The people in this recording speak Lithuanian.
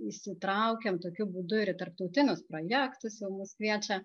įsitraukiae tokiu būdu į tarptautinius projektus jau mus kviečia